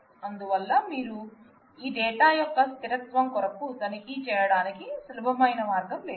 అందువల్ల మీరు ఈ డేటా యొక్క స్థిరత్వం కొరకు తనిఖీ చేయడానికి సులభమైన మార్గం లేదు